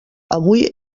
avui